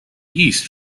east